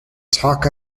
talk